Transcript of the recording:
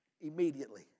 Immediately